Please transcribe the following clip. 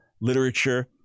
literature